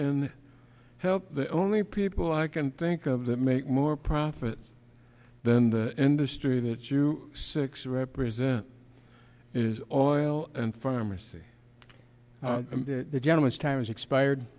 and help the only people i can think of that make more profit than the industry that you six represent is oral and pharmacy the gentleman's time has expired